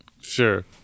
Sure